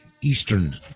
Eastern